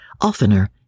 Oftener